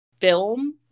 film